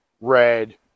red